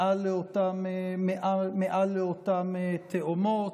מעל אותן תהומות.